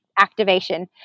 activation